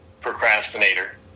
procrastinator